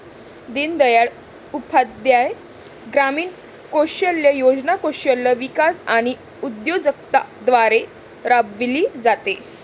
दीनदयाळ उपाध्याय ग्रामीण कौशल्य योजना कौशल्य विकास आणि उद्योजकता द्वारे राबविली जाते